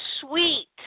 sweet